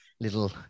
Little